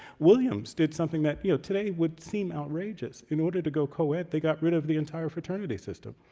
williams did something that you know today would seem outrageous. in order to go coed, they got rid of the entire fraternity system.